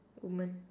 woman